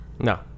no